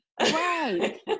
Right